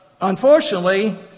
unfortunately